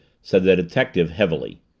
said the detective heavily.